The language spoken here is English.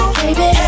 baby